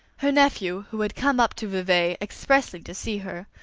her nephew, who had come up to vevey expressly to see her,